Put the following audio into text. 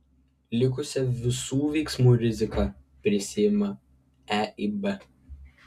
likusią visų veiksmų riziką prisiima eib